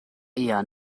eher